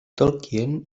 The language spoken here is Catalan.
tolkien